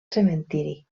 cementiri